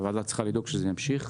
הוועדה צריכה לדאוג שזה ימשיך,